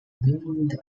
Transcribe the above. named